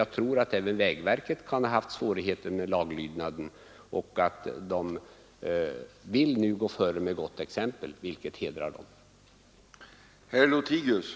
Jag tror även att vägverket kan ha haft svårigheter med laglydnaden och att man nu vill gå före med gott exempel, vilket hedrar vägverket.